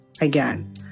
again